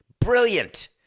Brilliant